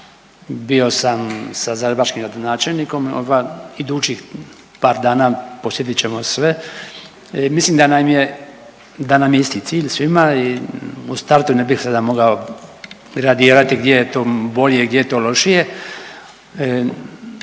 bio sam sa zagrebačkim gradonačelnikom, idućih par dana posjetit ćemo sve i mislim da nam je, da nam je isti cilj svima i u startu ne bih sada mogao gradirati gdje je to bolje, gdje je to lošije.